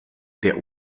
der